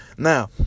Now